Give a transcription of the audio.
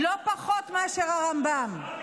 לא פחות מאשר הרמב"ם.